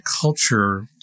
culture